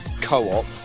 co-op